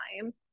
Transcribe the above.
time